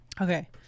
Okay